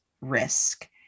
risk